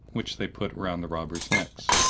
which they put round the robbers' necks.